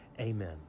Amen